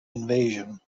invasion